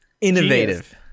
innovative